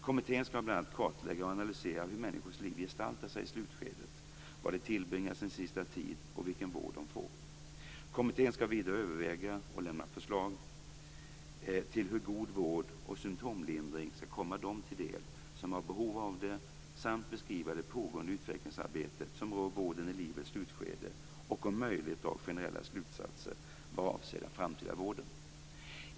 Kommittén skall bl.a. kartlägga och analysera hur människors liv gestaltar sig i slutskedet, var de tillbringar sin sista tid och vilken vård de får. Kommittén skall vidare överväga och lämna förslag till hur god vård och symtomlindring skall komma dem till del som har behov av det samt beskriva det pågående utvecklingsarbetet som rör vården i livets slutskede och om möjligt dra generella slutsatser vad avser den framtida vården.